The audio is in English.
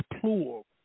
plural